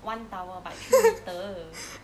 one tower but three litre